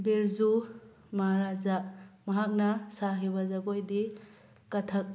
ꯕꯤꯔꯖꯨ ꯃꯍꯥꯔꯥꯖꯥ ꯃꯍꯥꯛꯅ ꯁꯥꯈꯤꯕ ꯖꯒꯣꯏꯗꯤ ꯀꯊꯛ